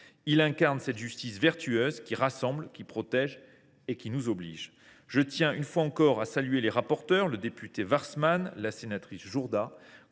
Il incarne cette justice vertueuse qui rassemble, qui protège et qui nous oblige. Je tiens une fois encore à saluer les rapporteurs, le député Jean Luc Warsmann et la sénatrice Muriel